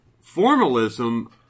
Formalism